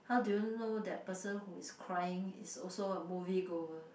how do you know that person who is crying is also a movie goer